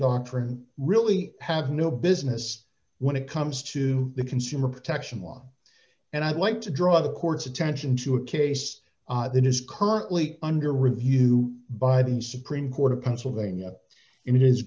doctrine really had no business when it comes to the consumer protection law and i'd like to draw the court's attention to a case that is currently under review by the supreme court of pennsylvania it is